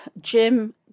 Jim